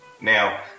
Now